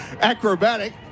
acrobatic